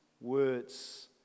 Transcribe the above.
words